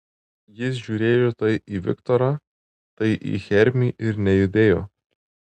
jis žiūrėjo tai į viktorą tai į hermį ir nejudėjo